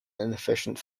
inefficient